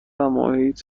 محیط